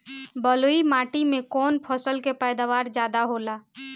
बालुई माटी में कौन फसल के पैदावार ज्यादा होला?